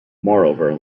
moreover